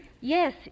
Yes